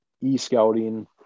e-scouting